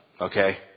okay